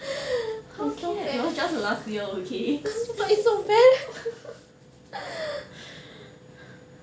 how can it was just last year okay